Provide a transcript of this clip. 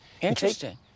Interesting